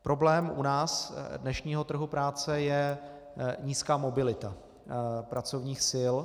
Problém dnešního trhu práce u nás je nízká mobilita pracovních sil.